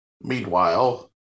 Meanwhile